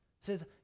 says